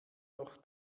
noch